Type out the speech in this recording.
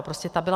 Prostě ta byla...